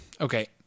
okay